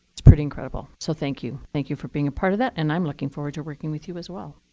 it's pretty incredible. so thank you. thank you for being a part of that, and i'm looking forward to working with you, as well.